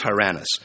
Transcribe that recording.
Tyrannus